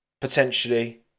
potentially